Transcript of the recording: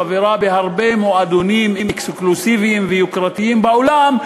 חברה בהרבה מועדונים אקסקלוסיביים ויוקרתיים בעולם,